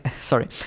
sorry